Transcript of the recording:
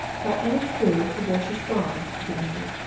got any clue to where she's gone? he demanded.